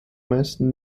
meisten